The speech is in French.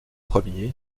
premiers